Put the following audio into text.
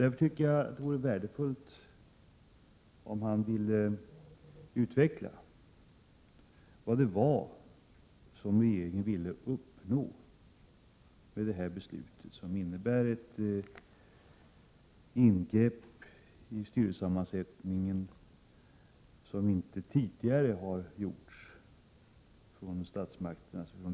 Det vore därför värdefullt om han ville utveckla vad regeringen ville uppnå med detta beslut, som innebär ett ingrepp i styrelsesammansättningen som inte tidigare har gjorts från statsmakternas sida.